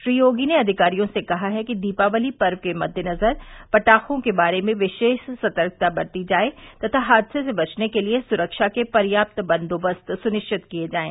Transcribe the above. श्री योगी ने अधिकारियों से कहा है कि दीपावली पर्व के मद्देनज़र पटाखों के बारे में विशेष सतर्कता बरती जाये तथा हादसे से बचने के लिए सुरक्षा के पर्याप्त बंदोबस्त सुनिश्चित किये जायें